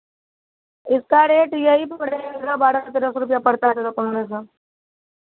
इसका रेट यही पड़ेगा हज़ार बारह तेरह सौ रुपैया पड़ता है चौदह पंद्रह सौ